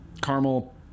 caramel